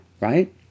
right